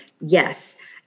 Yes